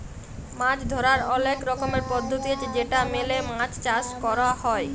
মাছ ধরার অলেক রকমের পদ্ধতি আছে যেটা মেলে মাছ চাষ ক্যর হ্যয়